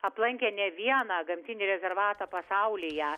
aplankę ne vieną gamtinį rezervatą pasaulyje